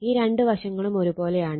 ഈ രണ്ട് വശങ്ങളും ഒരു പോലെയാണ്